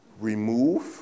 Remove